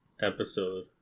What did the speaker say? episode